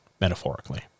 metaphorically